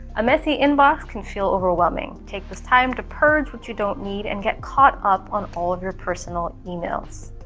a messy inbox can feel overwhelming. take this time to purge what you don't need and get caught up on all of your personal emails.